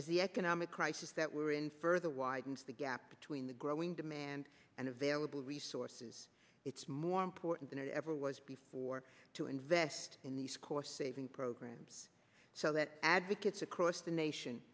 as the economic crisis that we're in for the widens the gap between the growing demand and available resources it's more important than it ever was before to invest in these cost saving programs so that advocates across the nation